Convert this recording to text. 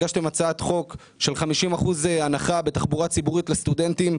הגשתם הצעת חוק של 50% הנחה בתחבורה ציבורית לסטודנטים,